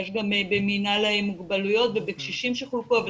יש גם במינהל המוגבלויות ובקשישים שחולקו אבל